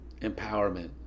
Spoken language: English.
empowerment